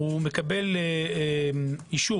הוא מקבל אישור